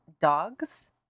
dogs